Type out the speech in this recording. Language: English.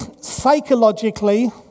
psychologically